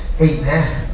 Amen